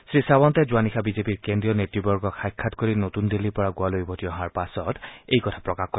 শ্ৰীছাৰন্তে যোৱা নিশা বিজেপিৰ কেন্দ্ৰীয় নেতৃবৰ্গক সাক্ষাৎ কৰি নতুন দিল্লীৰ পৰা গোৱালৈ উভতি অহাৰ পাছত এই কথা প্ৰকাশ কৰে